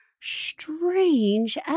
strange